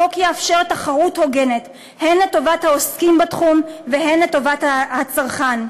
החוק יאפשר תחרות הוגנת הן לטובת העוסקים בתחום והן לטובת הצרכן.